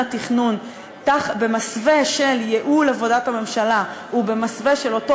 התכנון במסווה של ייעול עבודת הממשלה ובמסווה של אותו